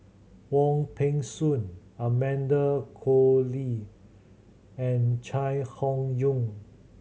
Wong Peng Soon Amanda Koe Lee and Chai Hon Yoong